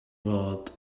fod